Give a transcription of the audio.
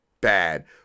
bad